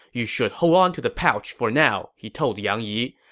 you should hold on to the pouch for now, he told yang yi.